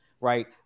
right